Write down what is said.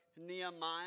Nehemiah